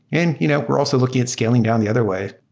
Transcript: and you know we're also looking at scaling down the other way.